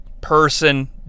person